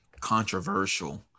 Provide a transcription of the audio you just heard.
controversial